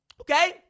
okay